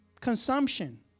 consumption